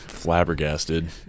Flabbergasted